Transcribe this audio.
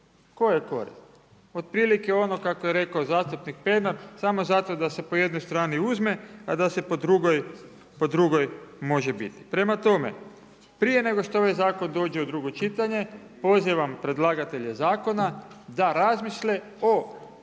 je korist? Otprilike ono kako je rekao zastupnik Pernar, samo zato da se po jednoj strani uzme, a da se po drugoj može biti. Prema tome, prije nego što ovaj Zakon dođe u drugo čitanje, pozivam predlagatelje Zakona da razmisle o